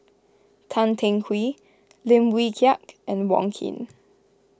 Tan Teng Kee Lim Wee Kiak and Wong Keen